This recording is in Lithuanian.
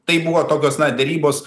tai buvo tokios derybos